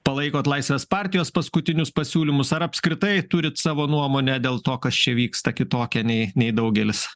palaikot laisvės partijos paskutinius pasiūlymus ar apskritai turit savo nuomonę dėl to kas čia vyksta kitokią nei nei daugelis